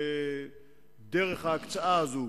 דרך ההקצאה הזאת,